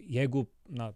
jeigu na